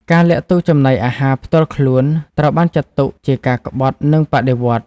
ការលាក់ទុកចំណីអាហារផ្ទាល់ខ្លួន ត្រូវបានចាត់ទុកជាការក្បត់នឹងបដិវត្តន៍។